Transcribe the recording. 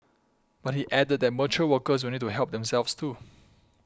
but he added that mature workers will need to help themselves too